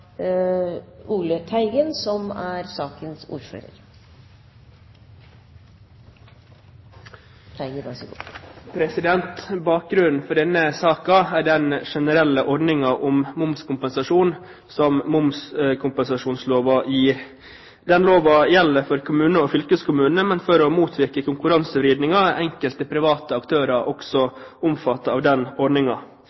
den generelle ordningen med momskompensasjon som momskompensasjonsloven gir. Den loven gjelder for kommunene og fylkeskommunene, men for å motvirke konkurransevridningen er enkelte private aktører også